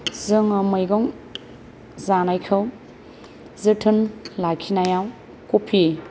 जोङो मैगं जानायखौ जोथोन लाखिनायाव कफि